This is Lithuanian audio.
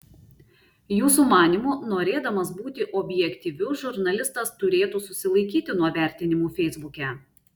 jūsų manymu norėdamas būti objektyviu žurnalistas turėtų susilaikyti nuo vertinimų feisbuke